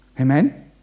Amen